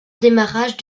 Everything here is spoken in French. démarrage